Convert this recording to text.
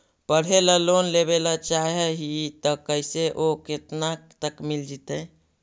पढ़े ल लोन लेबे ल चाह ही त कैसे औ केतना तक मिल जितै?